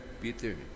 Peter